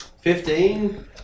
fifteen